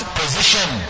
position